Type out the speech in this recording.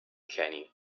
kenny